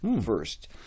first